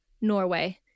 Norway